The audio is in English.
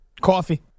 Coffee